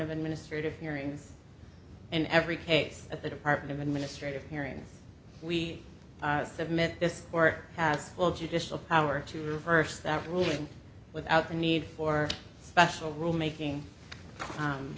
of administrative hearings in every case at the department of administrative hearings we submit this court as well judicial power to reverse that ruling without the need for special rule making